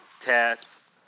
Tats